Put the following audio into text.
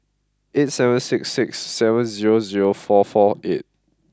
eight seven six six seven zero zero four four eight